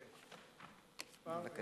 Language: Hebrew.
שאילתא